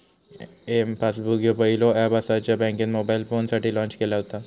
M passbook ह्यो पहिलो app असा ज्या बँकेन मोबाईल फोनसाठी लॉन्च केला व्हता